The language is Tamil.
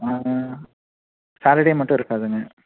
சாட்டர்டே மட்டும் இருக்காதுங்க